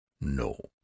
No